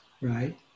right